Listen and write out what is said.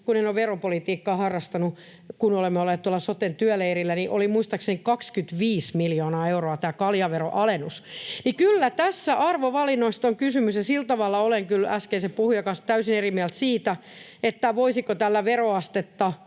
kun en ole veropolitiikkaa harrastanut, kun olemme olleet tuolla soten työleirillä, oli 25 miljoonaa euroa tämä kaljaveroalennus. [Kimmo Kiljunen: Sama summa!] Kyllä tässä arvovalinnoista on kysymys. Ja sillä tavalla olen kyllä äskeisen puhujan kanssa täysin eri mieltä siitä, voisiko näillä veroastetta